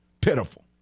Pitiful